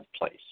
place